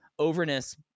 overness